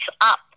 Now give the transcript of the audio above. up